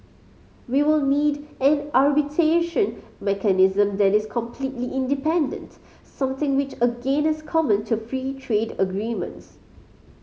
we will need an arbitration mechanism that is completely independent something which again is common to free trade agreements